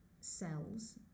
cells